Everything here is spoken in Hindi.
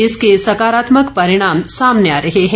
इसके सकारात्मक परिणाम सामने आ रहे हैं